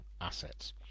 assets